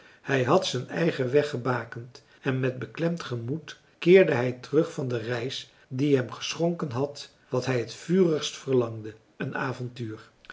hij had zijn eigen weg gebakend en met beklemd gemoed keerde hij terug van de reis die hem geschonken had wat hij het vurigst verlangde een avontuur